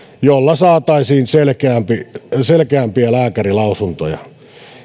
jolla saataisiin selkeämpiä selkeämpiä lääkärinlausuntoja